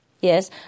Yes